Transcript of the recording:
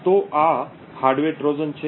તો આ hardware Trojan છે